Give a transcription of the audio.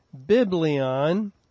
biblion